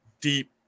deep